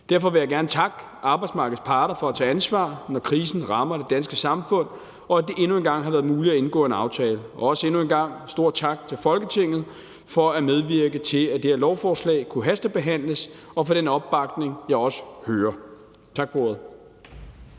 Derfor vil jeg gerne takke arbejdsmarkedets parter for at tage ansvar, når krisen rammer det danske samfund, og at det endnu en gang har været muligt at indgå en aftale. Og endnu en gang stor tak til Folketinget for at medvirke til, at det her lovforslag kunne hastebehandles, og for den opbakning, jeg også hører. Tak for ordet.